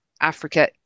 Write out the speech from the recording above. Africa